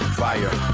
fire